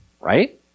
right